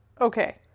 Okay